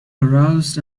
aroused